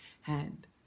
hand